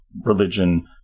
religion